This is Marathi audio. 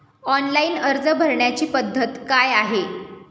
ऑनलाइन अर्ज भरण्याची पद्धत काय आहे?